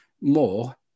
more